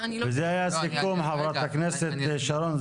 חברת הכנסת שרון,